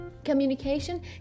Communication